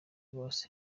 bose